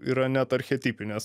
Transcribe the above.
yra net archetipinės